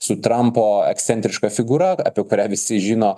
su trampo ekscentriška figūra apie kurią visi žino